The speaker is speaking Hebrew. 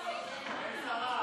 אין שרה.